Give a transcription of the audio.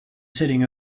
sitting